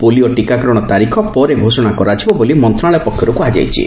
polio ଟିକାକରଣ ତାରିଖ ପରେ ଘୋଷଣା କରାଯିବ ବୋଲି ମନ୍ତଶାଳୟ ପକ୍ଷର୍ କୃହାଯାଇଛି